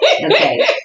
Okay